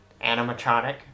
animatronic